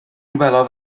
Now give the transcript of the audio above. welodd